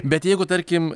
bet jeigu tarkim